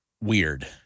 weird